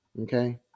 Okay